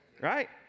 Right